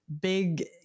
big